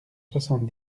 soixante